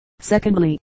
Secondly